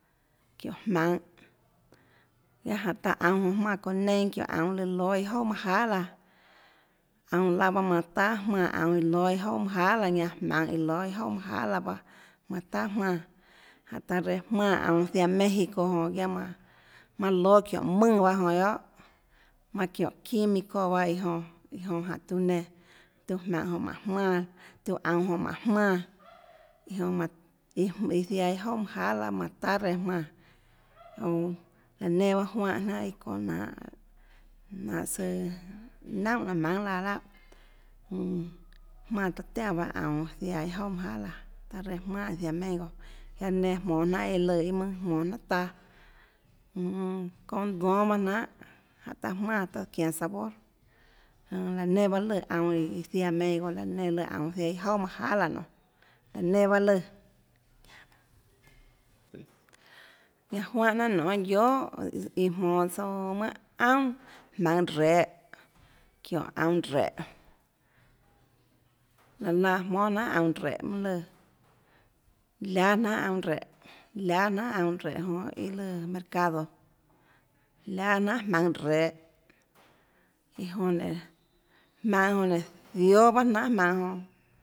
Çiónhå jmaønhå guiaâ jánhå taã aunå jonã jmánã çounã neinâ çiónhå aunã lóâ iâ jouà manâ jahà laã aunå laã bahâ manã tahà jmánã aunã lóâ iâ jouà manâ jahà laãñanã jmaønhå iã lóâ iâ jouà manâ jahà laã bahâ manã tahà jmánã jánhå taã reã jmánã aunå ziaã mexico jonã guiaâ manã manã lóâ çióhå mùnã bahâ jonã guiohà manã çiónå þimico iã jonã guiohà iã jonã jánhå tiuã nenã tiuã jmaønhå jonã jmánhå jmánã tiuã aunå jonã mánhå jmánã iã jonã manã iã ziaã iâ jouà manã jahà laã tahà reã jmánã jonã laã nenã juánhã jnanà iâ çonhå jnanhå jnanhå søã naúnhà jnanhà maønhà laã láhà jmm jmánã taã tiánã aunå ziaã iâ jouà manâ jahà laã taã reã jmánã iã ziaã mexico guiaâ laã nenã jmonå jnanà iâ lùã mønâ jnanà taâ mmm çounã dónâ baâ jnanhà jánhå taã jmánã taã çianå sabor jonã laå nenã bahâ lùã aunã iå ziaã mexico laà laå nenã lùã aunå ziaã iâ jouà manâ jahà laãnonê laå nenã bahâ lùã ñanã juánhã jnanà nonê guiohà iå jmonå tsouã manâ aunà jmaønhå rehå çiónhå aunå réhå laå laã jmónâ jnanhà aunã réhå mønâ lùã láâ jnanhà aunå réhå láâ jnanhà aunå réhå jonã iã lùã mercado láâ jnanhà jmaønhå rehå iã jonã nénå jmaønhå jonã nénå zióâ bahâ jnanhà jmaønhå jonã